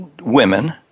women